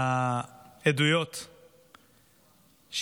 עוטף ישראל,